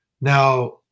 Now